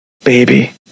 baby